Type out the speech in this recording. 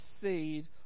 seed